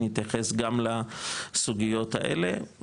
נתייחס גם לסוגיות האלה,